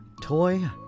Toy